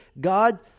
God